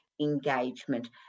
engagement